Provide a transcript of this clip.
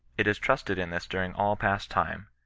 it has trusted in this during all past time.